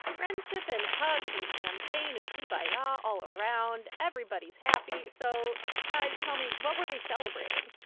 friendship and hugs and champagne and kumbaya ah all around everybody's happy. so guys, tell me. what were they celebrating?